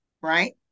right